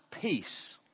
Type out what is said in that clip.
Peace